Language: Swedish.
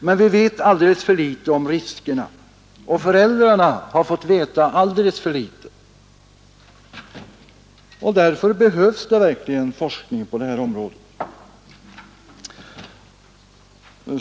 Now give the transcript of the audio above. Men vi vet alldeles för litet om riskerna, och föräldrarna har fått veta alldeles för litet. Därför behövs det verkligen forskning på det här området.